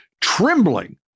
trembling